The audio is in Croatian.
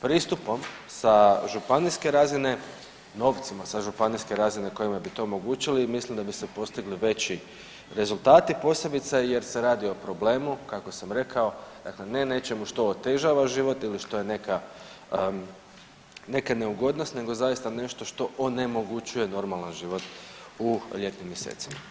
Pristupom sa županijske razine novcima sa županijske razine kojima bi to omogućili i mislim da bi se postigli veći rezultati posebice jer se radi o problemu kako sam rekao, dakle ne nečemu što otežava život ili što je neka neugodnost nego zaista nešto što onemogućuje normalan život u ljetnim mjesecima.